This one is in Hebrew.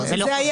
זה לא קורה.